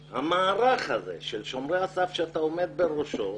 שהמערך הזה של שומרי הסף, שאתה עומד בראשו,